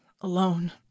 alone